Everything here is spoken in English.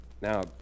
Now